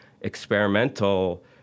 experimental